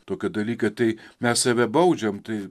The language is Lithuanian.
tokio dalyko tai mes save baudžiam tai